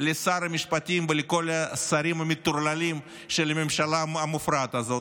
לשר המשפטים ולכל השרים המטורללים של הממשלה המופרעת הזאת: